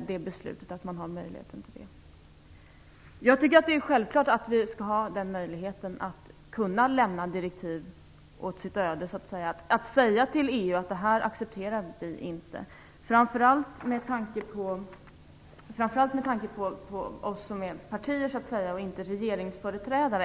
beslut om att det skall finnas en sådan möjlighet. Det är självklart att det skall finnas en möjlighet att kunna så att säga lämna direktiv åt sitt öde, att kunna säga till EU att vi inte accepterar detta - och detta framför allt med tanke på oss som representanter för oppositionspartier och inte regeringsföreträdare.